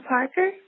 Parker